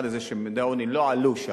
בוא נקרא לזה שממדי העוני לא עלו שם.